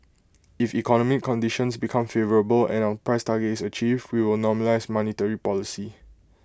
if economic conditions become favourable and our price target is achieved we will normalise monetary policy